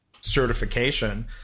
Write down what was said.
certification